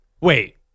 Wait